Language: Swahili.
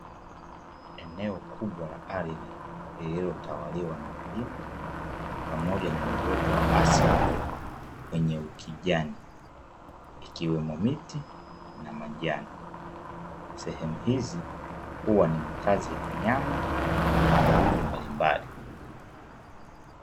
Eneo kubwa la ardhi lililotawaliwa na milima pamoja na uoto wa asili wenye ukijani, ikiwemo miti na majani. Sehemu hizi huwa ni makazi ya wanyama na wadudu mbalimbali.